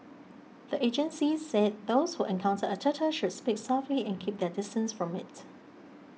the agencies said those who encounter a turtle should speak softly and keep their distance from it